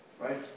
Right